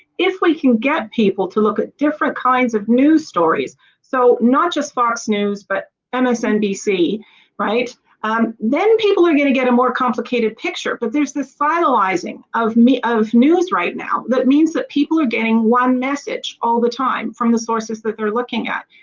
if we can get people to look at different kinds of news stories so not just fox news but and msnbc right um then people are going to get a more complicated picture but there's this finalizing of me of news right now that means that people are getting one message, all the time, from the sources that they're looking at,